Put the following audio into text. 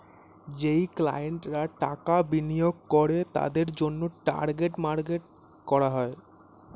যেই ক্লায়েন্টরা টাকা বিনিয়োগ করে তাদের জন্যে টার্গেট মার্কেট করা হয়